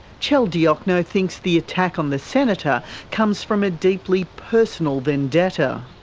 chel diokno thinks the attack on the senator comes from a deeply personal vendetta.